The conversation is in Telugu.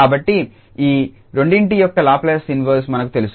కాబట్టి ఈ రెండింటి యొక్క లాప్లేస్ ఇన్వెర్స్ మనకు తెలుసు